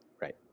Right